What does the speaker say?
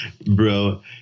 bro